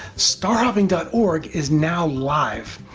starhopping dot org is now live,